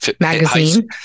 Magazine